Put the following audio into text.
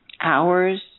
hours